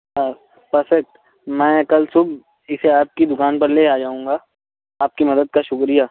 perfect میں کل صبح اسے آپ کی دکان پر لے آ جاؤں گا آپ کی مدد کا شکریہ